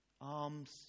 arms